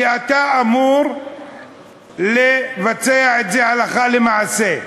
כי אתה אמור לבצע את זה הלכה למעשה.